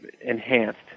enhanced